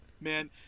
man